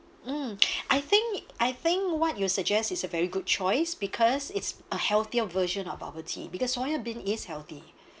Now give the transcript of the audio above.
mm I think I think what you suggest is a very good choice because it's a healthier version of bubble tea because soy bean is healthy